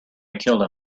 killed